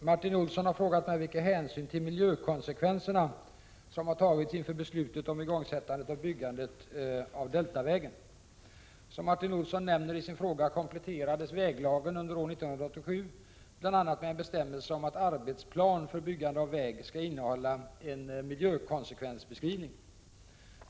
Herr talman! Martin Olsson har frågat mig vilka hänsyn till miljökonsekvenserna som har tagits inför beslutet om igångsättande av byggandet av Deltavägen. Som Martin Olsson nämner i sin fråga kompletterades väglagen under år 1987 bl.a. med en bestämmelse om att arbetsplan för byggande av väg skall innehålla en miljökonsekvensbeskrivning.